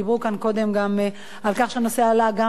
דיברו כאן קודם גם על כך שהנושא עלה גם